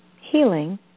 healing